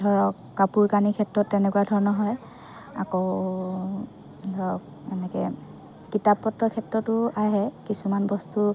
ধৰক কাপোৰ কানিৰ ক্ষেত্ৰত তেনেকুৱা ধৰণৰ হয় আকৌ ধৰক তেনেকে কিতাপ পত্ৰৰ ক্ষেত্ৰতো আহে কিছুমান বস্তু